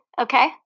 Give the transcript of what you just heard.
Okay